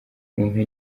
mumpe